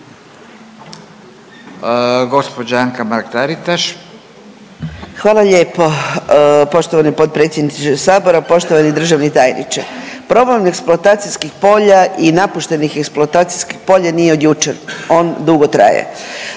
Hvala lijepo poštovani potpredsjedniče sabora. Poštovani državni tajniče, problem eksploatacijskih polja i napuštenih eksploatacijskih polja nije od jučer. On dugo traje.